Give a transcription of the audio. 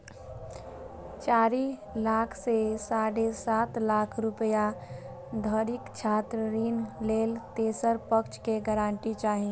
चारि लाख सं साढ़े सात लाख रुपैया धरिक छात्र ऋण लेल तेसर पक्षक गारंटी चाही